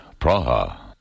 Praha